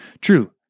True